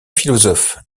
philosophe